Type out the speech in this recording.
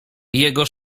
jego